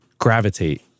gravitate